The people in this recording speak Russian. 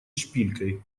шпилькой